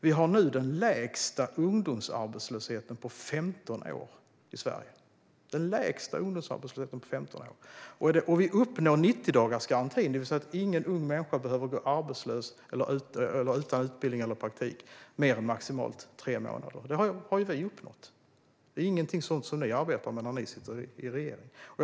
Vi har nu den lägsta ungdomsarbetslösheten på 15 år i Sverige. Vi uppnår 90-dagarsgarantin, det vill säga att ingen ung människa behöver gå arbetslös, utan utbildning eller utan praktik i mer än maximalt tre månader. Detta har vi alltså uppnått. Det är ingenting som ni arbetar med när ni sitter i regeringsställning.